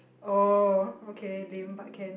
oh okay lame but can